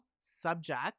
subject